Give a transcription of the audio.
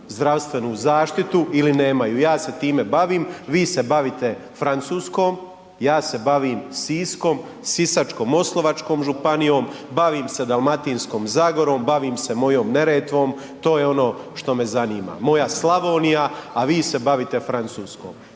zdravstvenu zaštitu ili nemaju, ja se time bavim, vi se bavite Francuskom, ja se bavim Siskom, Sisačko-moslavačkom županijom, bavim se Dalmatinskom zagorom, bavim se mojom Neretvom, to je ono što me zanima, moja Slavonija, a vi se bavite Francuskom